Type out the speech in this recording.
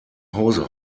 hause